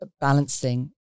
balancing